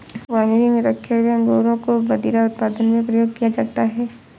winery में रखे हुए अंगूरों को मदिरा उत्पादन में प्रयोग किया जाता है